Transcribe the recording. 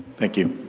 thank you.